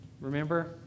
Remember